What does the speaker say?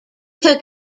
took